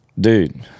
Dude